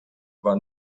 war